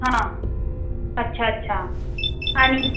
हां अच्छा अच्छा आणि